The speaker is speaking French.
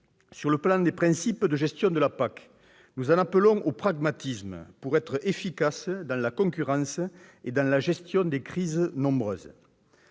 Sur le plan des principes de gestion de la PAC, nous en appelons au pragmatisme pour être efficaces dans la concurrence et dans la gestion des crises nombreuses.